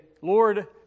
Lord